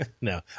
No